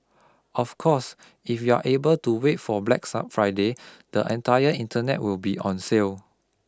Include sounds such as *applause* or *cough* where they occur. of course if you are able to wait for Black *unintelligible* Friday the entire internet will be on sale